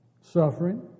suffering